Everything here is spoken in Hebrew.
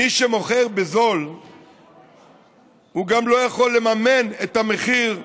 מי שמוכר בזול גם לא יכול לממן את המחיר למגדל,